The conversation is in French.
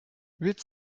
huit